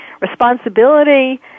responsibility